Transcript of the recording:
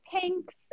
pinks